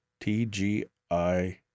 TGI